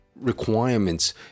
requirements